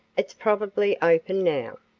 it's probably open now.